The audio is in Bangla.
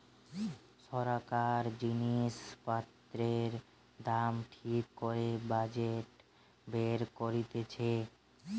সরকার জিনিস পত্রের দাম ঠিক করে বাজেট বের করতিছে